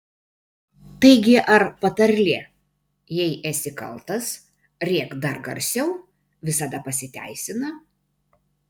taigi ar patarlė jei esi kaltas rėk dar garsiau visada pasiteisina